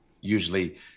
usually